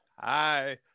Hi